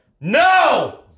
No